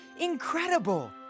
Incredible